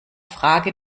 frage